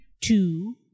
two